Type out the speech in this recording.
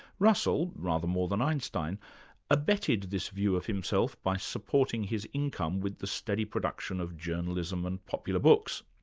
russell rather more than einstein abetted this view of himself by supporting his income with the steady production of journalism and popular books.